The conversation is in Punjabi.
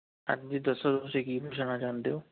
ਹਾਂਜੀ ਦੱਸੋ ਤੁਸੀਂ ਕੀ ਪੁੱਛਣਾ ਚਾਹੁੰਦੇ ਹੋ